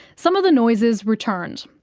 some of the noises returned.